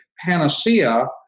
panacea